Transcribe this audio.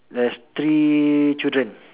there's three children